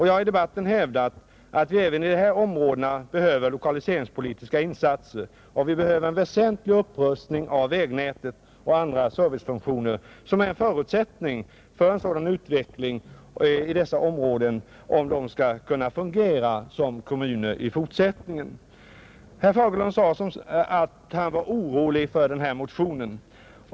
Jag har i debatten hävdat att vi även i dessa områden behöver lokaliseringspolitiska insatser och att vi behöver en väsentlig upprustning av vägnätet och andra servicefunktioner som är en förutsättning för att dessa områden skall kunna fungera som kommuner i fortsättningen. Herr Fagerlund sade att han var orolig för den här motionen.